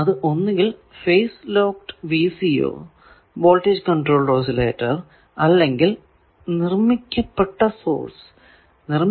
അത് ഒന്നുകിൽ phase locked VCO voltage controlled oscillator അല്ലെങ്കിൽ നിർമിക്കപ്പെട്ട സോഴ്സ് ആണ്